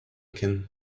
can